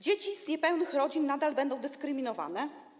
Dzieci z niepełnych rodzin nadal będą dyskryminowane.